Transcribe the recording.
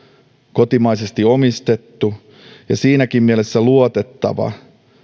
kotimaisesti omistettu ja siinäkin mielessä luotettava